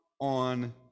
on